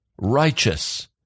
righteous